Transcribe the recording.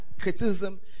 criticism